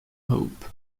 hope